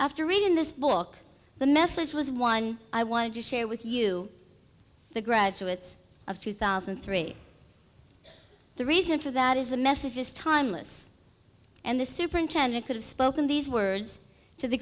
after reading this book the message was one i want to share with you the graduates of two thousand and three the reason for that is the message is timeless and the superintendent could have spoken these words to the